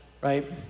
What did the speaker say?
right